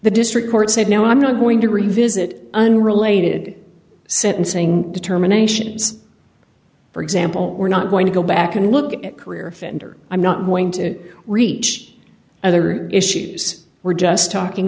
the district court said no i'm not going to revisit unrelated sentencing determinations for example we're not going to go back and look at career offender i'm not going to reach other issues we're just talking